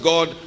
God